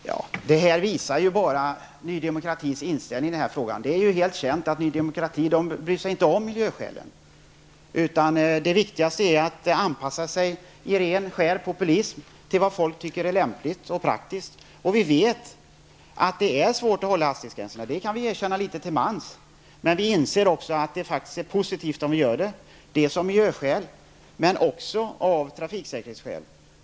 Fru talman! Detta visar bara på Ny Demokratis inställning i frågan. Det är känt att Ny Demokrati inte bryr sig om miljön. Det viktigaste är att anpassa sig i ren och skär populism till vad folk tycker är lämpligt och praktiskt. Vi vet att det är svårt att hålla hastighetsgränserna. Det kan vi erkänna litet till mans. Men vi inser också att det är positivt att hålla sig till gränserna, dels av miljöskäl, dels av trafiksäkerhetsskäl.